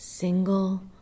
Single